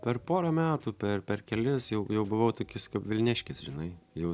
per porą metų per per kelis jau jau buvau tokis kaip vilniškis žinai jau